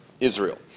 Israel